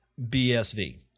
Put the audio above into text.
BSV